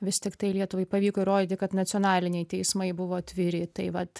vis tiktai lietuvai pavyko įrodyti kad nacionaliniai teismai buvo atviri tai vat